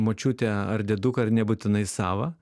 močiutę ar dieduką ir nebūtinai savą